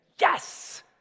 Yes